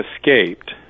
escaped